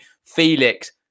Felix